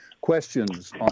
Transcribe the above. questions